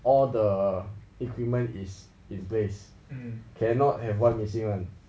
all the equipment is in place cannot have one missing [one]